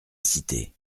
cité